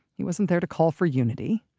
he wasn't there to call for unity